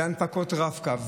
והנפקות רב-קו,